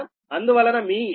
అందువలన మీ Xg3వచ్చి 0